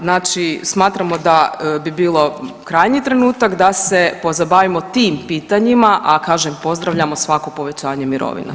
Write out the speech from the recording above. Znači smatramo da bi bilo krajnji trenutak da se pozabavimo tim pitanjima, a kažem pozdravljamo svako povećanje mirovina.